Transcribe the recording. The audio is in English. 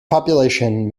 population